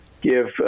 give